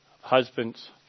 Husbands